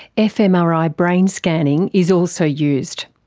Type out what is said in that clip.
fmri brain scanning is also used.